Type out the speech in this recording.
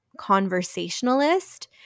conversationalist